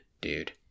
dude